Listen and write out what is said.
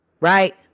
Right